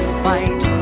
fight